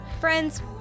Friends